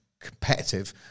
competitive